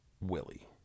willie